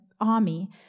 army